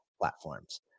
platforms